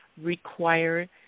require